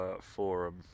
forum